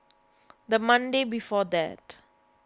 the Monday before that